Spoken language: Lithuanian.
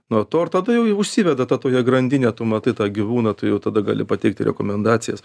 nuo to ar tada jau jau užsiveda tokia grandinė tu matai tą gyvūną tu jau tada gali pateikti rekomendacijas